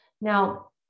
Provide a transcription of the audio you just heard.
Now